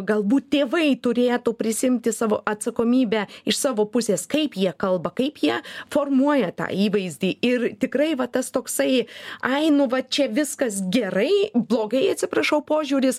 galbūt tėvai turėtų prisiimti savo atsakomybę iš savo pusės kaip jie kalba kaip jie formuoja tą įvaizdį ir tikrai va tas toksai ai nu va čia viskas gerai blogai atsiprašau požiūris